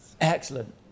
Excellent